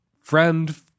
friend